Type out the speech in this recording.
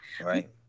Right